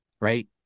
right